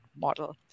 model